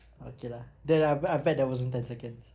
okay lah then I bet I bet that wasn't ten seconds